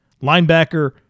linebacker